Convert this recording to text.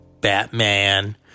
Batman